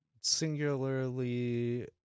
singularly